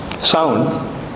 Sound